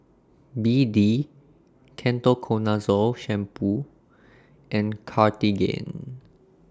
B D Ketoconazole Shampoo and Cartigain